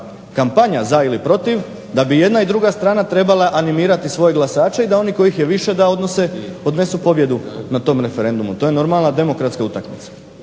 kampanja za ili protiv da bi jedna i druga strana trebala animirati svoje glasače i da oni kojih je više da odnesu pobjedu na tom referendumu. To je normalna demokratska utakmica.